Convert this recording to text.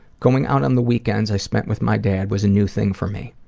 going out on the weekends i spent with my dad was a new thing for me.